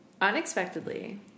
unexpectedly